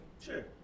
Sure